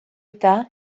eta